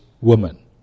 woman